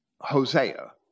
hosea